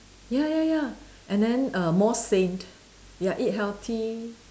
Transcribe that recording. ya ya ya and then err more sane ya eat healthy